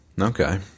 okay